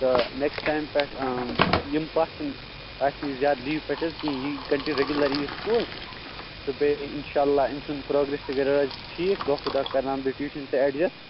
تہٕ next time پٮ۪ٹھ یِم پَتھ کُن آسہِ نہٕ یہِ زیادٕ لیٖو پٮ۪ٹھ حظ کِہیٖنۍ یہِ کَنٹِنیو ریٚگوٗلَر یہِ سکوٗل تہٕ بیٚیہِ اِنشاء اللہ أمۍ سُنٛد پرٛوگرٮ۪س تہِ گَرو حظ ٹھیٖک دۄہ کھۄ دۄہ کَرنو بیٚیہِ ٹیوٗشَن تہِ ایڈجَسٹ